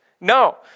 No